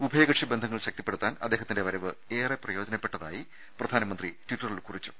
ഉഭയകക്ഷി ബന്ധങ്ങൾ ശക്തിപ്പെടുത്താൻ അദ്ദേഹത്തിന്റെ വരവ് ഏറെ പ്രയോജനപ്പെട്ടതായി പ്രധാനമന്ത്രി ട്വിറ്റ റിൽ കുറിച്ചു